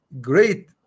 great